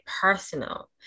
personal